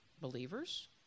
believers